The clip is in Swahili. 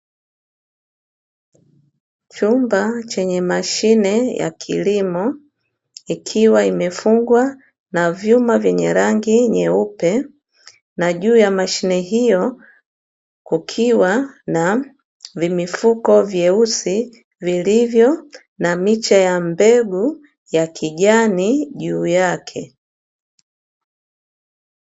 Chumba chenye mashine ya kilimo ikiwa imefungwa na vyuma vyenye rangi nyeupe, na juu ya mashine hiyo kukiwa na vimifuko vyeusi vilivyo na miche ya mbegu ya kijani juu yake.